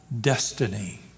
destiny